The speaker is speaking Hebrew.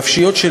נפשיות,